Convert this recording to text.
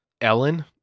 Ellen